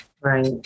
Right